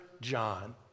John